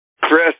Chris